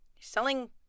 selling